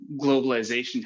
globalization